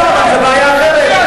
זו עובדה אבל זה בעיה אחרת.